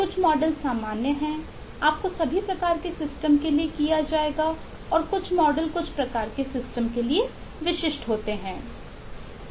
कुछ मॉडल सामान्य हैं आपको सभी प्रकार के सिस्टम के लिए किया जाएगा और कुछ मॉडल कुछ प्रकार के सिस्टम के लिए विशिष्ट हैं